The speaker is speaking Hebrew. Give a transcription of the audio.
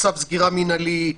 החדש (בידוד במקום לבידוד מטעם המדינה וצווי סגירה מנהליים)